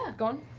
gone,